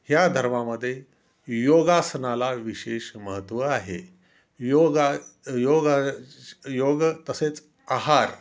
ह्या धर्मामध्ये योगासनाला विशेष महत्त्व आहे योगा योगा योग तसेच आहार